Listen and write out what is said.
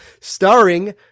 Starring